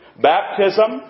Baptism